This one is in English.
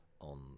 on